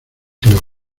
club